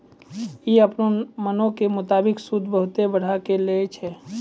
इ अपनो मनो के मुताबिक सूद बहुते बढ़ाय के लै छै